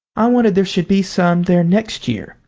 i wanted there should be some there next year.